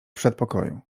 przedpokoju